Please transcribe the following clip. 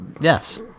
Yes